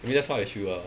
it's just what I feel lah